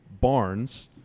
Barnes